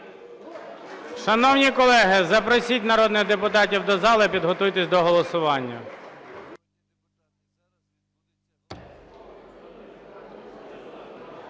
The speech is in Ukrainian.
Шановні колеги, запросіть народних депутатів до зали, підготуйтесь до голосування.